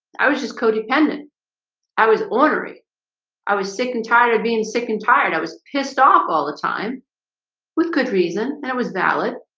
i was just codependent i was ordering i was sick and tired of being sick and tired. i was pissed off all the time with good reason and it was valid,